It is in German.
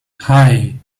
hei